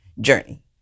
journey